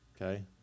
okay